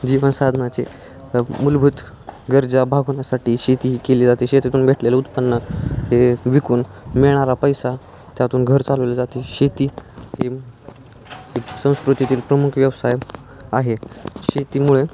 जीवन साधनाचे मूलभूत गरजा भागवण्यासाठी शेती ही केली जाते शेतीतून भेटलेले उत्पन्न ते विकून मिळणारा पैसा त्यातून घर चालवले जाते शेती ही संस्कृतीतील प्रमुख व्यवसाय आहे शेतीमुळे